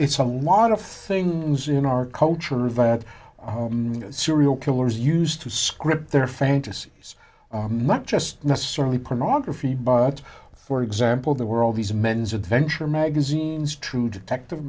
it's a lot of things in our culture that serial killers used to script their fantasies not just necessarily pornography but for example the world these men's adventure magazines true detective